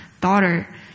Daughter